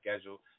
schedule